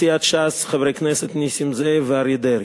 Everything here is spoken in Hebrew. מסיעת ש"ס, חברי הכנסת נסים זאב ואריה דרעי,